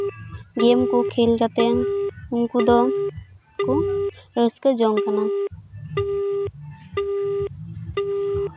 ᱜᱮᱢ ᱠᱚ ᱠᱷᱮᱞ ᱠᱟᱛᱮ ᱩᱱᱠᱩ ᱫᱚᱠᱚ ᱨᱟᱹᱥᱠᱟᱹ ᱡᱚᱝ ᱠᱟᱱᱟ